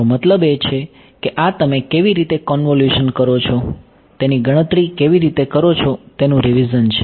મારો મતલબ છે કે આ તમે કેવી રીતે કન્વોલ્યુશન કરો છો તેની ગણતરી કેવી રીતે કરો છો તેનું રીવીઝન છે